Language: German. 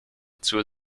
zur